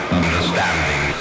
understanding